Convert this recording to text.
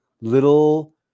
little